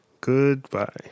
Goodbye